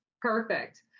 perfect